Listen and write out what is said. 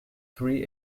three